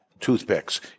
toothpicks